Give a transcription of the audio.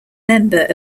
member